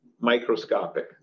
microscopic